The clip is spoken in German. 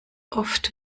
oft